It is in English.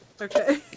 Okay